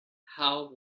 how